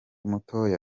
mutoya